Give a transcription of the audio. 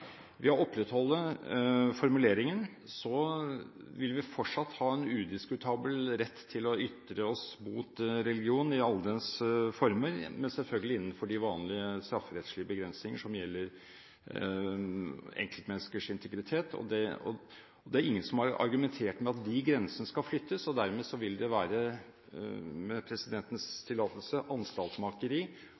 Ved å opprettholde formuleringen vil vi fortsatt ha en udiskutabel rett til å ytre oss mot religion i alle dens former, men selvfølgelig innenfor de vanlige strafferettslige begrensninger som gjelder enkeltmenneskers integritet. Det er ingen som har argumentert med at de grensene skal flyttes, og dermed vil det være – med presidentens tillatelse – anstaltmakeri